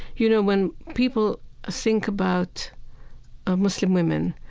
you know, when people ah think about muslim women,